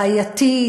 בעייתית,